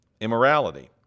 Immorality